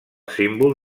símbol